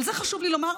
אבל זה חשוב לי לומר,